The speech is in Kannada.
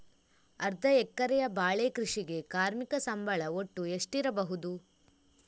ಅರ್ಧ ಎಕರೆಯ ಬಾಳೆ ಕೃಷಿಗೆ ಕಾರ್ಮಿಕ ಸಂಬಳ ಒಟ್ಟು ಎಷ್ಟಿರಬಹುದು?